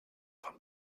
von